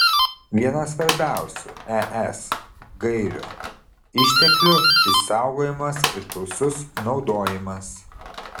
viena svarbiausių es gairių išteklių išsaugojimas ir tausus naudojimas